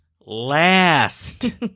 last